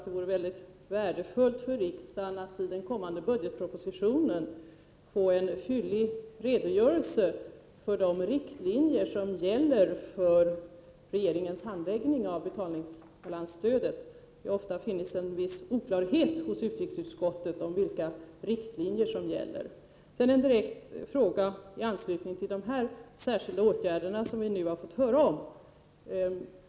Det vore värdefullt för riksdagen att i den kommande budgetpropositionen få en fyllig redogörelse för de riktlinjer som gäller för regeringens handläggning av betalningsbalansstödet. Det föreligger ofta en viss oklarhet i utrikesutskottet om vilka riktlinjer som gäller. Jag vill också ställa en direkt fråga i anslutning till de särskilda åtgärder vi nu har fått en redogörelse för.